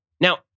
Now